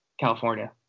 California